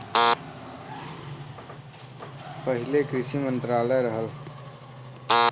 पहिले कृषि मंत्रालय रहल